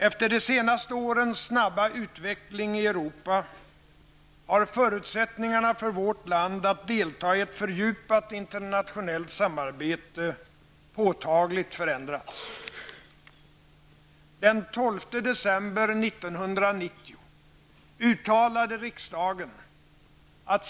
Efter de senaste årens snabba utveckling i Europa har förutsättningarna för vårt land att delta i ett fördjupat internationellt samarbete påtagligt förändrats.